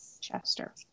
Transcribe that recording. Chester